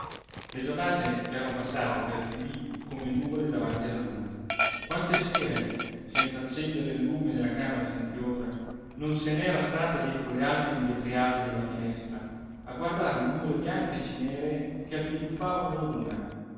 le giornate eran passate per didì come nuvole davanti alla luna quante sere senz'accendere il lume nella camera silenziosa non se n'era stata dietro le alte invetriate della finestra a guardar le nuvole bianche e cineree che avviluppavano la luna